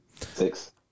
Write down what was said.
Six